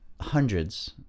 hundreds